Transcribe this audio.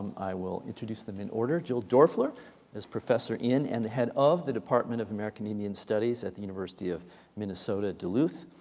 i will introduce them in order. jill doerfler is professor in and the head of the department of american indian studies at the university of minnesota, duluth.